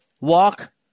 Walk